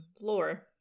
lore